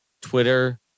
Twitter